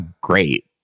great